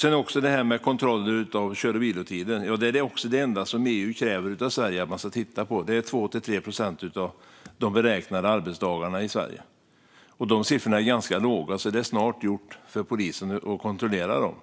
Det enda som EU kräver av Sverige när det gäller kontroll av kör och vilotider är att man ska titta på 2-3 procent av de beräknade arbetsdagarna i Sverige. De siffrorna är ganska låga, så det går snabbt för polisen att kontrollera dem.